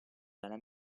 dalla